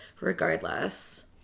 regardless